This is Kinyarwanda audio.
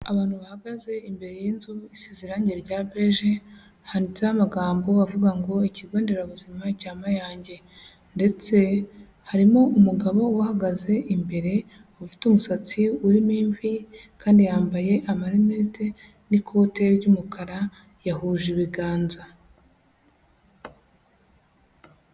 Abantu bahagaze imbere y'inzu isize irange rya beji, handitseho amagambo avuga ngo Ikigo nderabuzima cya Mayange ndetse harimo umugabo ubahagaze imbere afite umusatsi urimo imvire kandi yambaye amarinete n'ikote ry'umukara yahuje ibiganza.